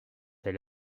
elle